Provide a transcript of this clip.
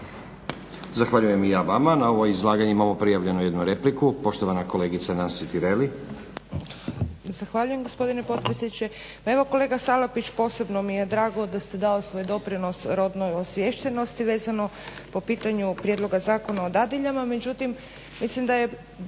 Zahvaljujem i ja vama. Na ovo izlaganje imamo prijavljenu jednu repliku, poštovana kolegica Nansi Tireli.